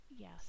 Yes